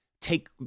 take